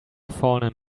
fallen